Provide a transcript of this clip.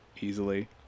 Easily